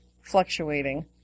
fluctuating